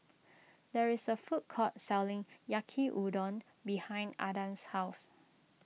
there is a food court selling Yaki Udon behind Adan's house